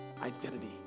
identity